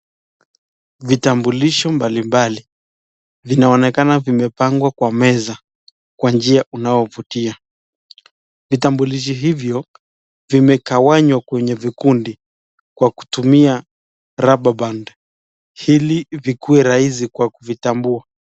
Vitambulisho mbali mbali vinaonekana vimepangwa kwa meza kwa njia unaovutia. Vitambulisho hivyo vimegawanywa kwenye vikundi kwa kutumia rubber band , ili vikue rahisi kwa kuvitambua.